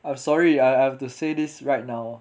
I'm sorry I I have to say this right now